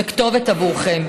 וכתובת עבורכם.